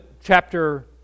chapter